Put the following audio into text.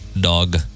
dog